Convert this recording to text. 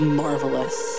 marvelous